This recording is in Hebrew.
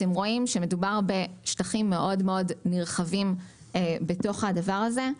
אתם רואים שמדובר בשטחים מאוד מאוד נרחבים בתוך הדבר הזה.